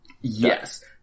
Yes